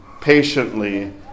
patiently